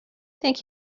think